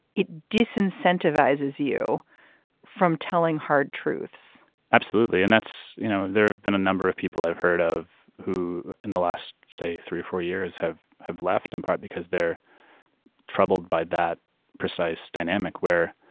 it disincentivizes you from telling hard truths absolutely. and that's you know, there have been a number of people i've heard of who in the last, say, three or four years have have left in part because they're troubled by that precise dynamic where,